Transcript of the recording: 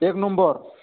एक नाम्बार